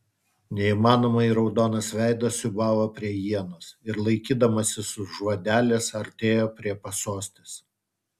neįmanomai raudonas veidas siūbavo prie ienos ir laikydamasis už vadelės artėjo prie pasostės